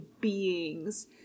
beings